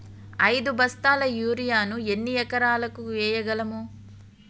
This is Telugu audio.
ఐదు బస్తాల యూరియా ను ఎన్ని ఎకరాలకు వేయగలము?